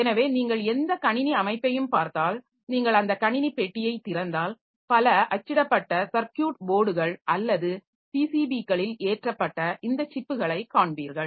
எனவே நீங்கள் எந்த கணினி அமைப்பையும் பார்த்தால் நீங்கள் அந்த கணினி பெட்டியைத் திறந்தால் பல அச்சிடப்பட்ட சர்க்யூட் போர்டுகள் அல்லது பிசிபிக்களில் ஏற்றப்பட்ட இந்த சிப்புகளை காண்பீர்கள்